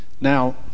Now